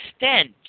extent